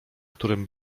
którym